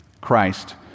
Christ